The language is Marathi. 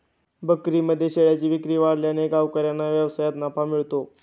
बकरीदमध्ये शेळ्यांची विक्री वाढल्याने गावकऱ्यांना व्यवसायात नफा मिळतो